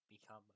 become